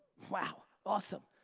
wow, awesome!